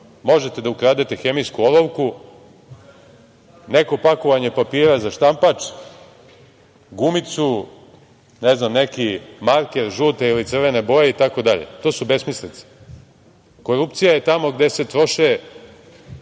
Možete da ukradete hemijsku olovku, neko pakovanje papira za štampač, gumicu, ne znam, neki marker žute ili crvene boje itd. To su besmislice. Korupcija je tamo gde se troše